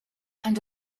and